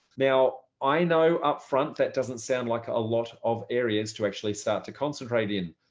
now, i know upfront, that doesn't sound like a lot of areas to actually start to concentrate in.